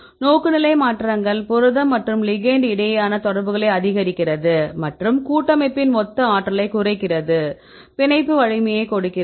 நோக்குநிலை மாற்றங்கள் புரதம் மற்றும் லிகெெண்ட் இடையேயான தொடர்புகளை அதிகரிக்கிறது மற்றும் கூட்டமைப்பின் மொத்த ஆற்றலைக் குறைக்கிறது பிணைப்பு வலிமையைக் கொடுக்கிறது